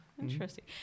Interesting